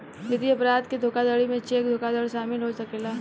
वित्तीय अपराध के धोखाधड़ी में चेक धोखाधड़ शामिल हो सकेला